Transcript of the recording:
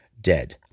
dead